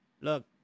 Look